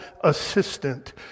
assistant